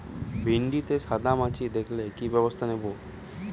ভিন্ডিতে সাদা মাছি দেখালে কি ব্যবস্থা নেবো?